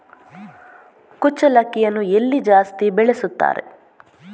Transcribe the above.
ಕುಚ್ಚಲಕ್ಕಿಯನ್ನು ಎಲ್ಲಿ ಜಾಸ್ತಿ ಬೆಳೆಸುತ್ತಾರೆ?